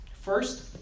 First